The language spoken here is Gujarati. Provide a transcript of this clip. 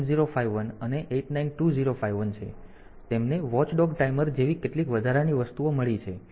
તેથી તેમને વૉચડોગ ટાઈમર જેવી કેટલીક વધારાની વસ્તુઓ મળી છે